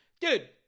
Dude